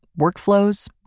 workflows